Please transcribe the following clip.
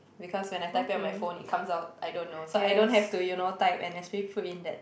because when I type it on my phone it comes out I don't know so I don't have to you know type and actually put in that